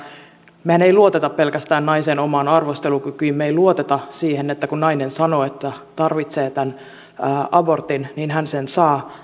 mehän emme luota pelkästään naisen omaan arvostelukykyyn me emme luota siihen niin että kun nainen sanoo että tarvitsee tämän abortin niin hän sen saa